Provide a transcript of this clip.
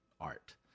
art